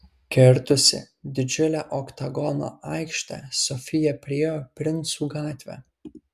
kirtusi didžiulę oktagono aikštę sofija priėjo princų gatvę